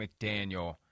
McDaniel